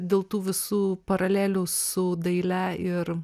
dėl tų visų paralelių su daile ir